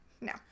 No